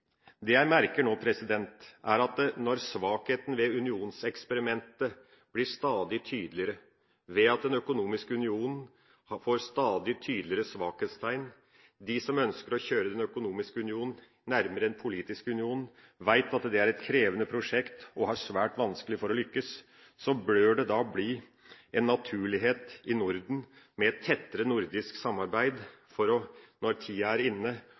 Det jeg merker nå, er at når svakheten ved unionseksperimentet blir stadig tydeligere ved at den økonomiske union får stadig tydeligere svakhetstegn – de som ønsker å kjøre den økonomiske union nærmere en politisk union, vet at det er et krevende prosjekt og har svært vanskelig for å lykkes – bør det bli en naturlighet i Norden med et tettere nordisk samarbeid, for, når tida er inne,